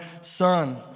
son